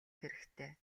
хэрэгтэй